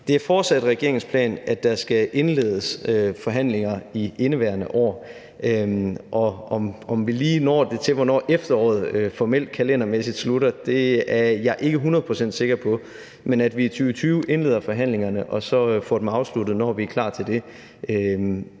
Det er fortsat regeringens plan, at der skal indledes forhandlinger i indeværende år – om vi lige når det, inden efteråret formelt slutter kalendermæssigt, er jeg ikke hundrede procent sikker på. Men i 2020 indleder vi forhandlingerne og får dem så afsluttet, når vi er klar til det,